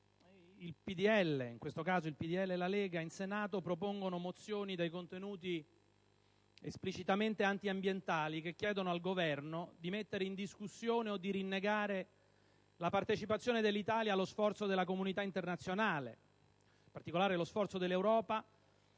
alla Lega, propone in Senato mozioni dai contenuti esplicitamente antiambientali, che chiedono al Governo di mettere in discussione o di rinnegare la partecipazione dell'Italia allo sforzo della comunità internazionale, e in particolare allo sforzo dell'Europa,